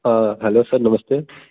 hello sir नमस्ते